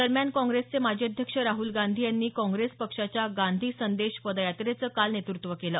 दरम्यान काँग्रेसचे माजी अध्यक्ष राहल गांधी यांनी काँग्रेस पक्षाच्या गांधी संदेश पदयात्रेचं काल नेतृत्व केलं